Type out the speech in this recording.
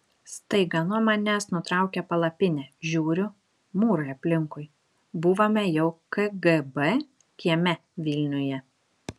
staiga nuo manęs nutraukė palapinę žiūriu mūrai aplinkui buvome jau kgb kieme vilniuje